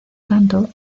tanto